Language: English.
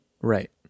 Right